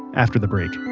after the break